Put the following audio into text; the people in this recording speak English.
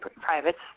privates